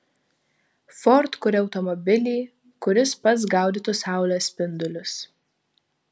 ford kuria automobilį kuris pats gaudytų saulės spindulius